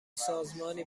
سازمانی